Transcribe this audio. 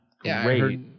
great